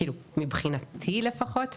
מבחינתי לפחות,